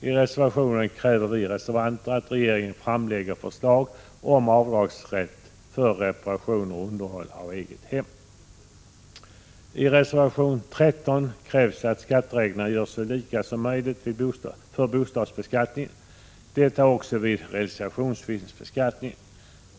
I reservationen kräver vi reservanter att regeringen framlägger förslag om avdragsrätt för reparationer och underhåll av eget hem. I reservation 13 krävs att skattereglerna görs så lika som möjligt för olika bostadsformer vid bostadsbeskattningen — detta också vid realisationsvinstbeskattningen.